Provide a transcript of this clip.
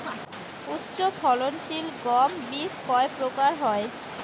উচ্চ ফলন সিল গম বীজ কয় প্রকার হয়?